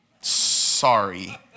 Sorry